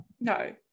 No